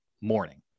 morning